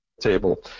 table